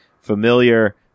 familiar